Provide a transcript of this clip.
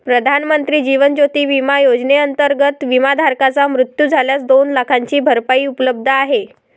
प्रधानमंत्री जीवन ज्योती विमा योजनेअंतर्गत, विमाधारकाचा मृत्यू झाल्यास दोन लाखांची भरपाई उपलब्ध आहे